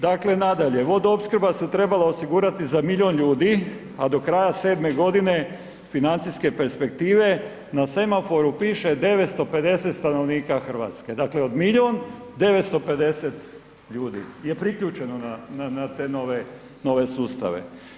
Dakle, nadalje vodoopskrba se trebala osigurati za milijun ljudi a do kraja 7 g. financijske perspektive, na semaforu piše 950 stanovnika Hrvatske, dakle od milijun, 950 ljudi je priključeno na te nove sustave.